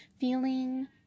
Feeling